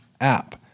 app